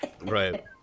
right